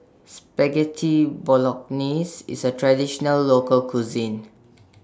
Spaghetti Bolognese IS A Traditional Local Cuisine